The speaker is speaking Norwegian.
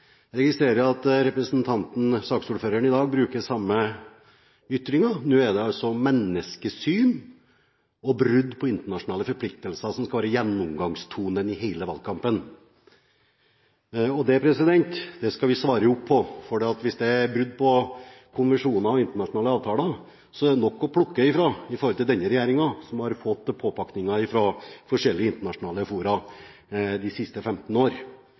registrerer at saksordføreren i dag bruker samme ytring. Nå er det altså menneskesyn og brudd på internasjonale forpliktelser som skal være gjennomgangstonen i valgkampen. Det skal vi svare på, for hvis det er snakk om brudd på konvensjoner og internasjonale avtaler, er det nok å plukke fra når det gjelder denne regjeringen. Det har kommet påpakninger fra forskjellige internasjonale fora de siste 15